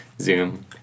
Zoom